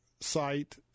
site